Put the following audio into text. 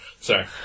Sorry